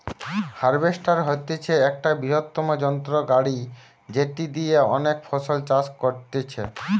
harvester হতিছে একটা বৃহত্তম যন্ত্র গাড়ি যেটি দিয়া অনেক ফসল চাষ করতিছে